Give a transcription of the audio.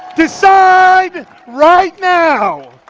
decide right now,